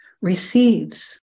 receives